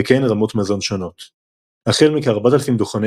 וכן רמות מזון שונות – החל מכ-4,000 דוכני